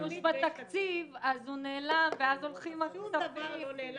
כשיש שימוש בתקציב אז הוא נעלם ואז הולכים -- שום דבר לא נעלם